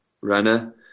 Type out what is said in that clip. runner